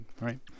Right